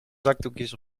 zakdoekjes